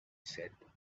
said